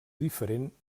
diferent